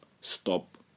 stop